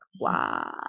wow